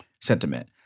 sentiment